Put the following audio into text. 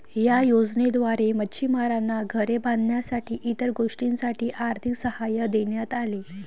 या योजनेद्वारे मच्छिमारांना घरे बांधण्यासाठी इतर गोष्टींसाठी आर्थिक सहाय्य देण्यात आले